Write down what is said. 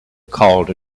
called